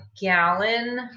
gallon